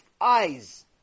eyes